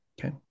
Okay